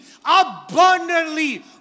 abundantly